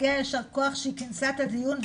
מגיע לה יישר כוח שביצעת דיון.